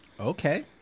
okay